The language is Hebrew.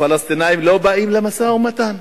הפלסטינים לא באים למשא-ומתן.